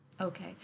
Okay